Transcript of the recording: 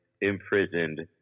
imprisoned